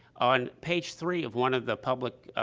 on page three of one of the public, ah,